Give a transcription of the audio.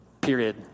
Period